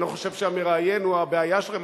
אני לא חושב שהמראיין הוא הבעיה שלכם.